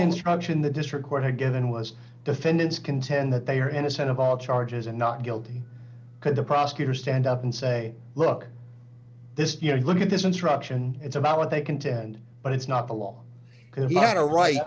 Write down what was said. instruction the district court again and was defendants contend that they are innocent of all charges and not guilty could the prosecutor stand up and say look this you know look at this instruction it's about what they contend but it's not the law because he had a right